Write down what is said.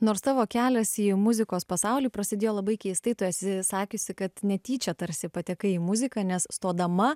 nors tavo kelias į muzikos pasaulį prasidėjo labai keistai tu esi sakiusi kad netyčia tarsi patekai į muziką nes stodama